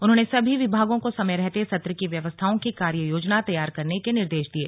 उन्होंने सभी विभागों को समय रहते सत्र की व्यवस्थाओं की कार्य योजना तैयार करने के निर्देश दिये